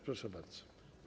Proszę bardzo.